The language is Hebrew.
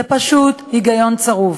זה פשוט היגיון צרוף.